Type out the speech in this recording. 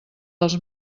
dels